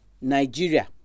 Nigeria